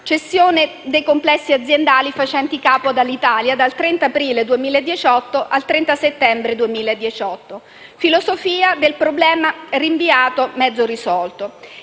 cessione dei complessi aziendali facenti capo ad Alitalia, dal 30 aprile 2018 al 30 settembre 2018. La filosofia di fondo è: problema rinviato, mezzo risolto.